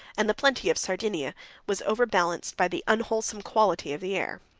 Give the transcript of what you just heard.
and the plenty of sardinia was overbalanced by the unwholesome quality of the air.